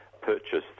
purchased